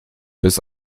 bis